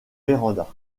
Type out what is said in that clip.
véranda